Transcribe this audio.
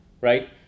Right